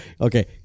okay